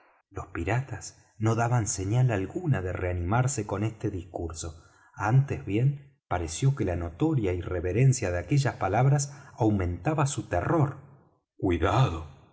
los piratas no daban señal alguna de reanimarse con este discurso antes bien pareció que la notoria irreverencia de aquellas palabras aumentaba su terror cuidado